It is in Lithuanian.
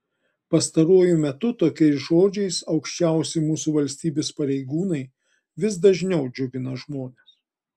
pastaruoju metu tokiais žodžiais aukščiausi mūsų valstybės pareigūnai vis dažniau džiugina žmones